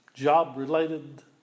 job-related